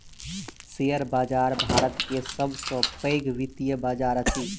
share बाजार भारत के सब सॅ पैघ वित्तीय बजार अछि